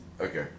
Okay